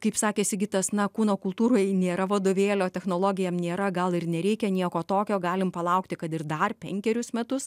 kaip sakė sigitas na kūno kultūrai nėra vadovėlio technologijom nėra gal ir nereikia nieko tokio galim palaukti kad ir dar penkerius metus